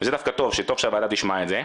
וזה דווקא טוב, שטוב שהוועדה תשמע את זה.